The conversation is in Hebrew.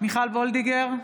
מיכל וולדיגר,